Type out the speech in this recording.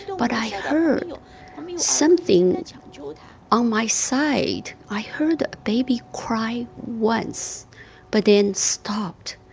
and but i heard something on my side. i heard a baby cry once but then stop.